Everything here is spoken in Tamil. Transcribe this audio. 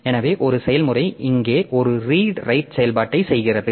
எனவே ஒரு செயல்முறை இங்கே ஒரு ரீட் ரைட் செயல்பாட்டைச் செய்கிறது